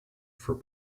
for